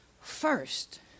first